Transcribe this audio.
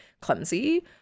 clumsy